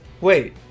Wait